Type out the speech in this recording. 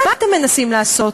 מה אתם מנסים לעשות?